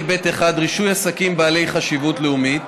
ב'1 (רישוי עסקים בעלי חשיבות לאומית),